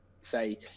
say